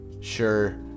sure